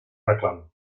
reclam